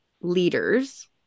leaders